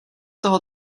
toho